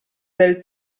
del